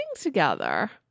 together